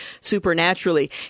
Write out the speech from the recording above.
supernaturally